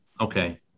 okay